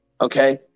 okay